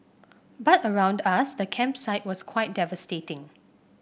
but around us the campsite was quite devastating